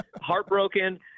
heartbroken